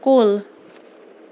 کُل